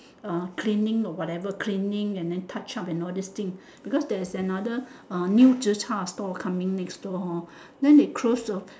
orh cleaning whatever cleaning and then touch up all this thing because there is another uh new zi char stall coming next door hor then they close